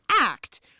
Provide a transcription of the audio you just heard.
act